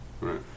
Right